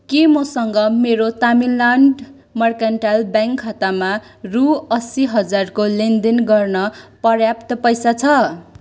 के मसँग मेरो तमिलनाड मर्केन्टाइल ब्याङ्क खातामा रु असी हजारको लेनदेन गर्न पर्याप्त पैसा छ